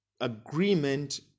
agreement